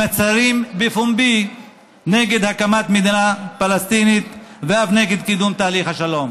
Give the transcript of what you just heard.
שמצהירים בפומבי נגד הקמת מדינה פלסטינית ואף נגד קידום תהליך השלום,